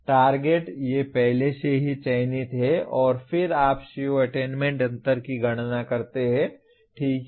target ये पहले से ही चयनित हैं और फिर आप CO अटेन्मेन्ट अंतर की गणना करते हैं ठीक है